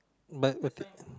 but a